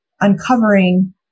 uncovering